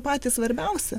patys svarbiausi